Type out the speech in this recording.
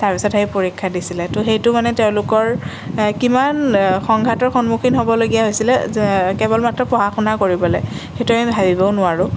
তাৰ পিছত সেই পৰীক্ষা দিছিলে তো সেইটো মানে তেওঁলোকৰ কিমান সংঘাতৰ সন্মুখীন হ'বলগীয়া হৈছিলে যে কেৱল মাত্ৰ পঢ়া শুনা কৰিবলৈ সেইটো আমি ভাবিবও নোৱাৰোঁ